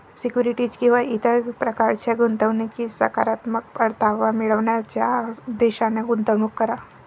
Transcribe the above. securities किंवा इतर प्रकारच्या गुंतवणुकीत सकारात्मक परतावा मिळवण्याच्या उद्देशाने गुंतवणूक करा